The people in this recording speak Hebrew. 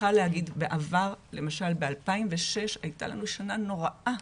בעבר, למשל ב-2006 הייתה לנו שנה נוראה.